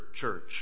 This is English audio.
church